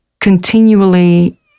continually